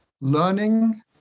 learning